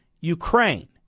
Ukraine